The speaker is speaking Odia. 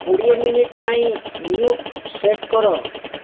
କୋଡ଼ିଏ ମିନିଟ୍ ପାଇଁ ମ୍ୟୁଟ୍ ସେଟ୍ କର